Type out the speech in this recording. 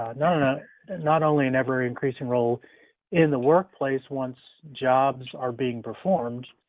ah not and and not only an ever-increasing role in the workplace once jobs are being performed,